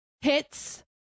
hits